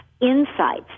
insights